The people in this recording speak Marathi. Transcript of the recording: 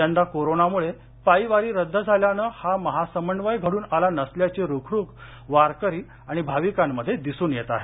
यंदा कोरोनामुळे पायी वारी रद्द झाल्याने हा महासमन्वय घडून आला नसल्याची रुखरुख वारकरी वभाविकांमध्ये दिसून येत आहे